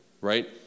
right